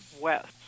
West